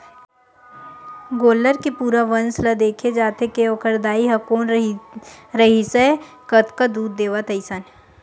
गोल्लर के पूरा वंस ल देखे जाथे के ओखर दाई ह कोन रिहिसए कतका दूद देवय अइसन